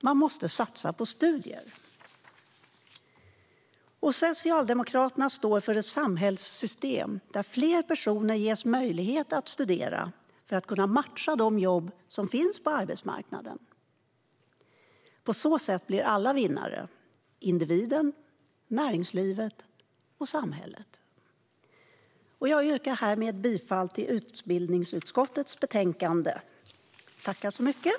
Man måste satsa på studier. Socialdemokraterna står för ett samhällssystem där fler personer ges möjlighet att studera för att kunna matcha de jobb som finns på arbetsmarknaden. På så sätt blir alla vinnare - individen, näringslivet och samhället. Jag yrkar härmed bifall till utbildningsutskottets förslag i betänkandet.